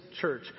church